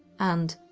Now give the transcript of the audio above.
and,